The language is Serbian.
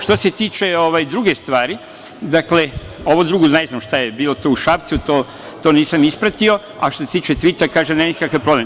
Što se tiče druge stvari, ovo drugo, ne znam šta je bilo to u Šapcu, to nisam ispratio, a što se tiče tvita, kažem, nemam nikakav problem.